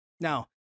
Now